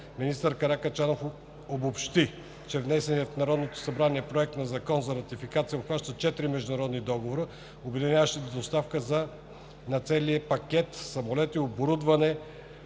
Министър Каракачанов обобщи, че внесеният в Народното събрание Проект на закон за ратификация обхваща четири международни договора, обединяващи доставката на цялостния пакет – самолети, оборудване